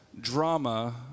drama